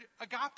agape